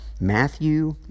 Matthew